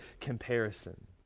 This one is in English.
comparison